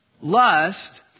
Lust